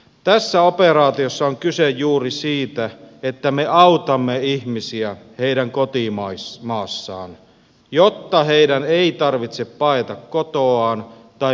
tässä operaatiossa on kyse juuri siitä että me autamme ihmisiä heidän kotimaassaan jotta heidän ei tarvitse paeta kotoaan tai menettää henkeään